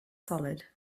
solid